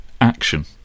action